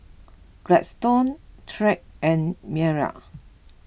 Gladstone Tyrek and Maia